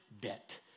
debt